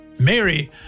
Mary